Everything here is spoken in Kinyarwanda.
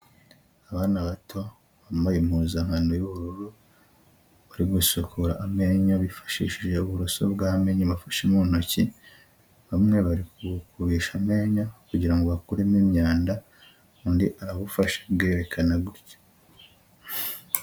Abana bato bambaye impuzankano y'ubururu, bari gusukura amenyo bifashishije uburoso bw'amenyo bafashe mu ntoki, bamwe bari kubukubisha amenyo kugirango bakuremo imyanda, undi arabufashe abwerekana gutya.